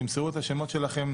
תמסרו את השמות שלכם,